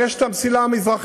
אבל יש את המסילה המזרחית,